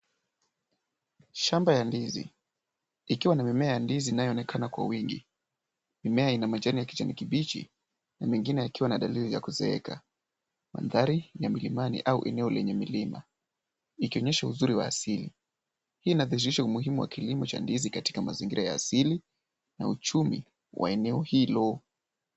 Shamba ya ndizi ikiwa na mimea ya ndizi inayoonekana kwa wingi. Mimea ina majani ya kijani kibichi na mengine yakiwa na dalili ya kuzeeka. Mandhari ya milimani au eneo lenye milima ikionyesha uzuri wa asili. Hii inadhihirisha umuhimu wa kilimo cha ndizi katika mazingira ya asili na uchumi wa eneo hilo.